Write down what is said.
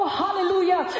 hallelujah